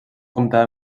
comptava